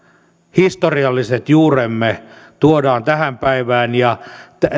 historialliset juuremme tuodaan tähän päivään